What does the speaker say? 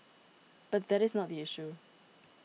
but that is not the issue